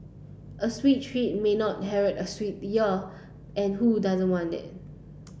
a sweet treat may not herald a sweet year and who does want it